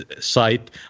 site